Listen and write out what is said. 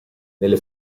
nelle